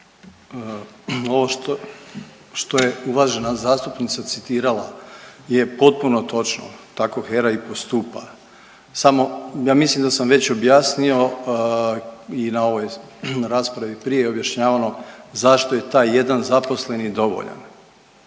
Ovo što je uvažena zastupnica citirala je potpuno točno, tako HERA i postupa samo ja mislim da sam već objasnio i na ovoj raspravi prije objašnjavao zašto je taj jedan zaposleni dovoljan.